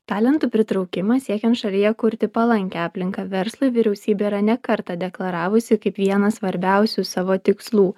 talentų pritraukimą siekiant šalyje kurti palankią aplinką verslui vyriausybė yra ne kartą deklaravusi kaip vieną svarbiausių savo tikslų